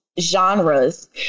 genres